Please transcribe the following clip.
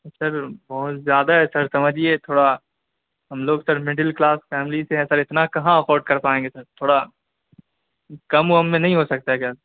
سر بہت زیادہ ہے سر سمجھیے تھوڑا ہم لوگ سر مڈل کلاس فیملی سے ہیں سر اتنا کہاں افورٹ کر پائیں گے سر تھوڑا کم وم میں نہیں ہو سکتا ہے کیا